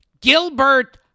Gilbert